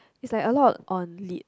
it's like a lot on lit